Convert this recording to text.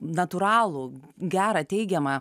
natūralų gerą teigiamą